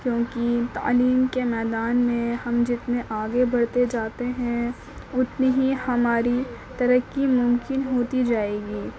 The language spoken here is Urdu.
کیونکہ تعلیم کے میدان میں ہم جتنے آگے بڑھتے جاتے ہیں اتنی ہی ہماری ترقی ممکن ہوتی جائے گی